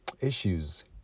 issues